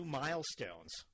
milestones